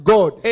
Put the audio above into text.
God